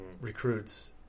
recruits